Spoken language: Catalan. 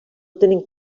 tenen